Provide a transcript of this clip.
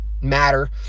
matter